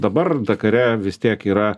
dabar dakare vis tiek yra